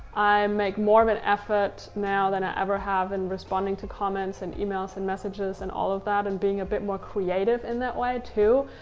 i make more of an effort now than i ever have in responding to comments and emails and messages and all of that and being a bit more creative in that way, too.